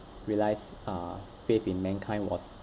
realized uh faith in mankind was